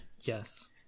Yes